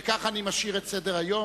וכך אני משאיר את סדר-היום,